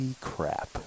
crap